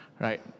Right